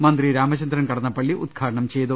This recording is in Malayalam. മന്ത്രി രാമചന്ദ്രൻ കടന്നപ്പള്ളി ഉദ്ഘാടനം ചെയ്തു